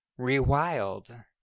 rewild